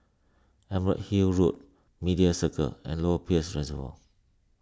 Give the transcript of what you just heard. Emerald Hill Road Media Circle and Lower Peirce Reservoir